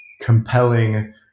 compelling